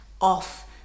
off